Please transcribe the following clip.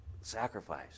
sacrifice